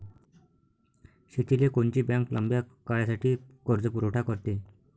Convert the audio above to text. शेतीले कोनची बँक लंब्या काळासाठी कर्जपुरवठा करते?